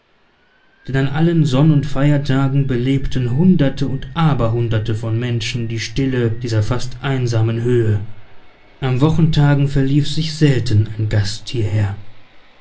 denn an allen sonn und feiertagen belebten hunderte und aberhunderte von menschen die stille dieser fast einsamen höhe an wochentagen verlief sich selten ein gast hierher